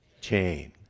chain